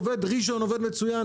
ראשון עובד מצוין,